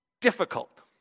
difficult